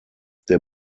der